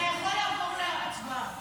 אתה יכול לעבור להצבעה.